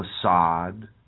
facade